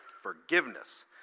Forgiveness